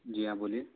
जी हाँ बोलिए